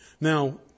Now